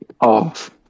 Off